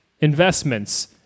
investments